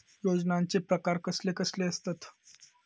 योजनांचे प्रकार कसले कसले असतत?